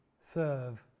serve